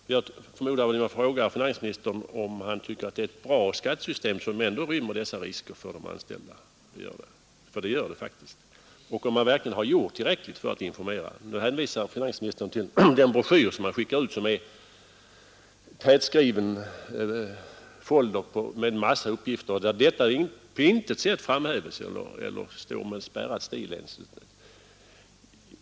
Och jag skulle vilja fråga finansministern, om han tycker att det är ett bra skattesystem som rymmer dessa risker för de anställda, ty det gör det faktiskt, och om man har gjort tillräckligt för att informera om riskerna. Finansministern hänvisar till den broschyr som skickas ut, en tätskriven folder med massor av uppgifter, där dessa risker på intet sätt framhävs eller ens omtalas med spärrad stil.